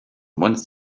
once